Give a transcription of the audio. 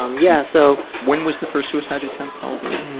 um yeah so when was the first suicide attempt? how old were you?